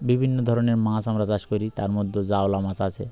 বিভিন্ন ধরনের মাছ আমরা চাষ করি তার মধ্যে জাওলা মাছ আছে